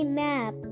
map